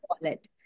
wallet